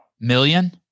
million